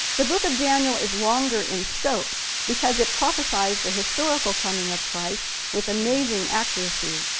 the book of daniel is longer in scope because it prophecies the historical coming of christ with amazing accuracy.